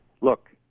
look